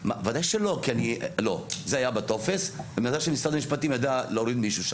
זה היה בטופס ומזל שמשרד המשפטים ידע להוריד מישהו שם.